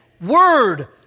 word